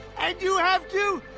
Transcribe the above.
and you have to